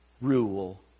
rule